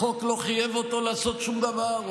החוק לא חייב אותו לעשות שום דבר,